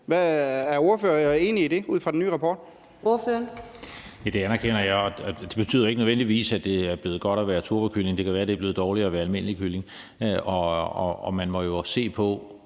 Er ordføreren ud fra den nye rapport